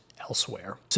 elsewhere